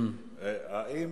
האם